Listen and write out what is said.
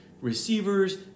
receivers